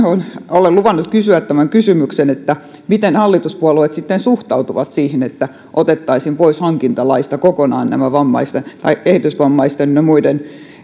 olen luvannut nyt kysyä tämän kysymyksen miten hallituspuolueet sitten suhtautuvat siihen että otettaisiin hankintalaista kokonaan pois nämä kehitysvammaisten ynnä muiden